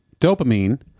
dopamine